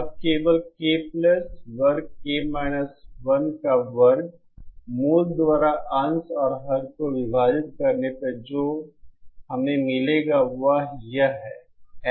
अब केवल K वर्ग K 1 का वर्ग मूल द्वारा अंश और हर को विभाजित करने पर जो हमें मिलेगा वह यह है